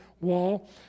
wall